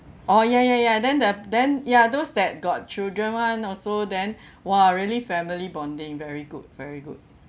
orh ya ya ya then the then ya those that got children [one] also then !wah! really family bonding very good very good